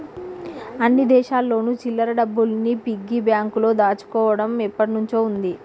అన్ని దేశాల్లోను చిల్లర డబ్బుల్ని పిగ్గీ బ్యాంకులో దాచుకోవడం ఎప్పటినుంచో ఉంది